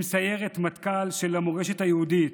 הם סיירת מטכ"ל של המורשת היהודית,